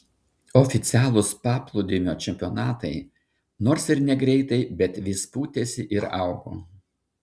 oficialūs paplūdimio čempionatai nors ir negreitai bet vis pūtėsi ir augo